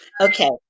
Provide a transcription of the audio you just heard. Okay